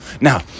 Now